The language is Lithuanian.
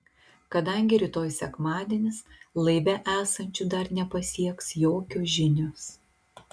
kadangi rytoj sekmadienis laive esančių dar nepasieks jokios žinios